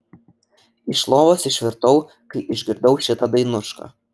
iš lovos išvirtau kai išgirdau šitą dainušką